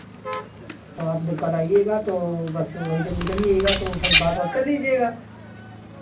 आप जब कल आइएगा तो बस वही जब निकलिएगा तो फिर बात वात कर लीजिएगा